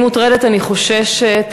אני מוטרדת, אני חוששת.